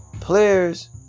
players